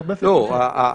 באותו מועד.